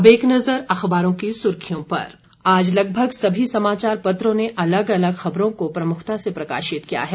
अब एक नजर अखबारों की सुर्खियों पर आज लगभग सभी समाचार पत्रों ने अलग अलग खबरों को प्रमुखता से प्रकाशित किया है